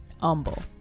Humble